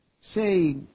say